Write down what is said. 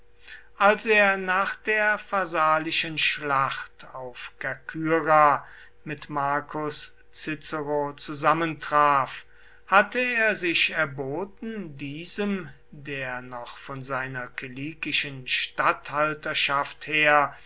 als er nach der pharsalischen schlacht auf kerkyra mit marcus cicero zusammentraf hatte er sich erboten diesem der noch von seiner kilikischen statthalterschaft her